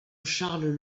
charles